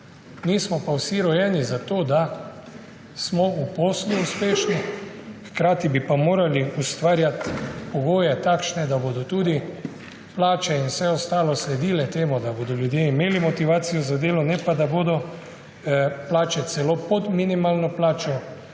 nismo pa vsi rojeni za to, da smo uspešni v poslu. Hkrati bi pa morali ustvarjati takšne pogoje, da bodo tudi plače in vse ostalo sledili temu, da bodo ljudje imeli motivacijo za delo, ne pa da bodo plače celo pod minimalno plačo.